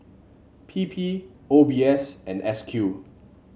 P P O B S and S Q